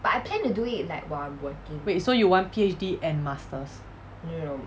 wait so you want PhD and master's